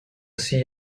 see